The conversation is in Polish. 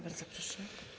Bardzo proszę.